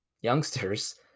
youngsters